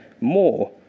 more